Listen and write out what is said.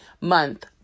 month